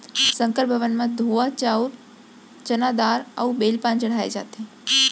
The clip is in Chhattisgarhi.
संकर भगवान म धोवा चाउंर, चना दार अउ बेल पाना चड़हाए जाथे